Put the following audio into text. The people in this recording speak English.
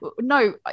no